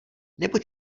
nebo